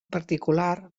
particular